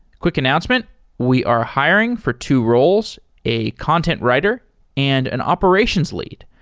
quick announcement we are hiring for two roles, a content writer and an operations lead.